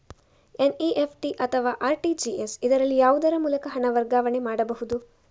NEFT ಅಥವಾ RTGS, ಇದರಲ್ಲಿ ಯಾವುದರ ಮೂಲಕ ಹಣ ವರ್ಗಾವಣೆ ಮಾಡಬಹುದು?